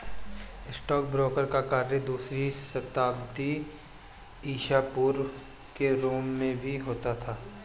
stockbroker का कार्य दूसरी शताब्दी ईसा पूर्व के रोम में भी होता था